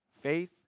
Faith